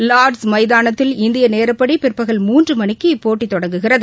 Lord's மைதானத்தில் இந்தியநேரப்படிபிற்பகல் மூன்றுமணிக்கு இப்போட்டதொடங்குகிறது